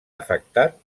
afectat